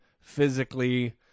physically